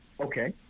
Okay